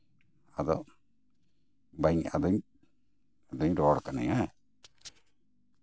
ᱟᱫᱚ ᱵᱟᱹᱧ ᱟᱫᱚᱧ ᱟᱫᱚᱧ ᱨᱚᱲ ᱠᱟᱱᱟᱧ ᱦᱮᱸ